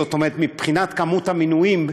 זאת אומרת מבחינת מספר המינויים,